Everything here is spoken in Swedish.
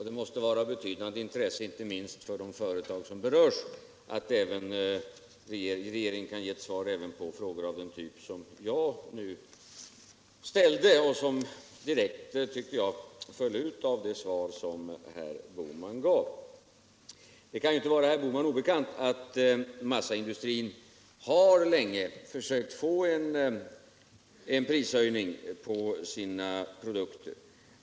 Det måste då vara av betydande intresse, inte minst för de företag som berörs, att regeringen kan ge svar även på frågor av den typ som jag nu ställde och som direkt, tycker jag, föll ut av det svar som herr Bohman gav. Det kan ju inte vara herr Bohman obekant att massaindustrin länge har försökt få en prishöjning på sina produkter.